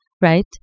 right